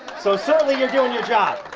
so certainly, you're doing your job.